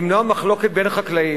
למנוע מחלוקת בין חקלאים,